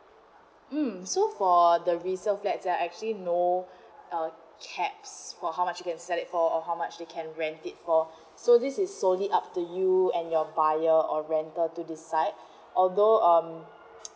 um so for the reserved flat they're actually no uh caps for how much you can set for or how much you can rent it for so this is solely up to you and your buyer or renter to decide although um